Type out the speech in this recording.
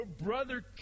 brother